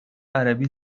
عربی